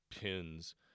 pins